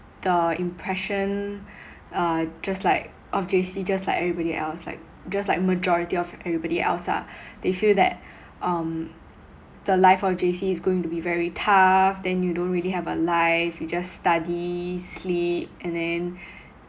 the impression uh just like of J_C just like everybody else like just like majority of everybody else lah they feel that um the life of J_C is going to be very tough then you don't really have a life you just study sleep and then